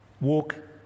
walk